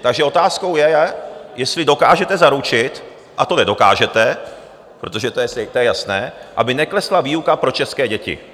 Takže otázkou je, jestli dokážete zaručit, a to nedokážete, protože to je jasné, aby neklesla výuka pro české děti.